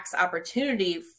opportunity